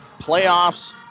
Playoffs